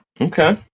Okay